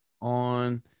on